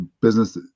business